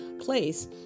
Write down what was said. place